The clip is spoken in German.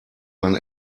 man